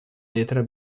letra